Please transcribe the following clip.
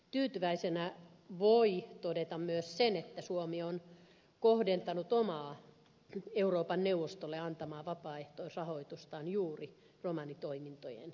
tyytyväisenä voi todeta myös sen että suomi on kohdentanut omaa euroopan neuvostolle antamaansa vapaaehtoisrahoitusta juuri romanitoimintojen tukemiseen